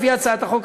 לפי הצעת החוק,